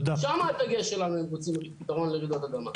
שם הדגש שלנו אם רוצים פתרון לרעידות אדמה.